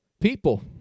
people